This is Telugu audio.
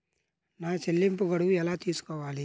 నా చెల్లింపు గడువు ఎలా తెలుసుకోవాలి?